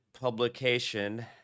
publication